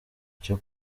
cyo